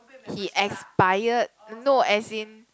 he expired no as in